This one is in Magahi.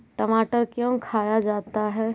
टमाटर क्यों खाया जाता है?